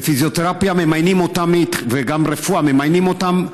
לפיזיותרפיה, וגם לרפואה, ממיינים אותם,